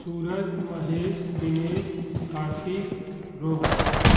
Suraj Mahesh Dinesh Karthik Rohan